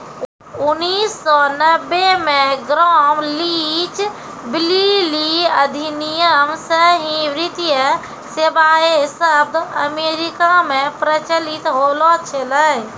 उन्नीस सौ नब्बे मे ग्राम लीच ब्लीली अधिनियम से ही वित्तीय सेबाएँ शब्द अमेरिका मे प्रचलित होलो छलै